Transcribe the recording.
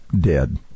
dead